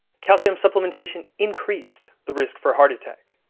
calcium supplementation increased the risk for heart attack.